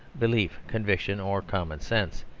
belief, conviction or common-sense,